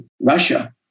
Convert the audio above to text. Russia